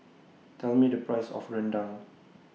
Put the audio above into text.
Tell Me The Price of Rendang